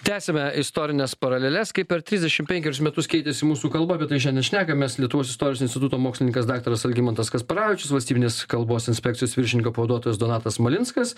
tęsiame istorines paraleles kaip per trisdešim penkerius metus keitėsi mūsų kalba apie tai šiandien šnekamės lietuvos istorijos instituto mokslininkas daktaras algimantas kasparavičius valstybinės kalbos inspekcijos viršininko pavaduotojas donatas smalinskas